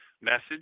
message